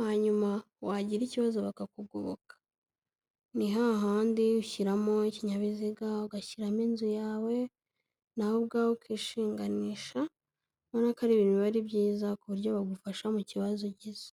hanyuma wagira ikibazo bakakugoboka. Ni hahandi ushyiramo ikinyabiziga, ugashyiramo inzu yawe, nawe ubwawe ukishinganisha, ubona ko ari ibintu biba ari byiza ku buryo bagufasha mu kibazo ugize.